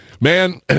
Man